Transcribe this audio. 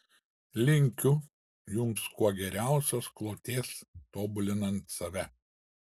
linkiu jums kuo geriausios kloties tobulinant save